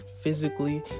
physically